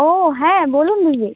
ও হ্যাঁ বলুন দিদি